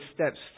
steps